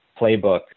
playbook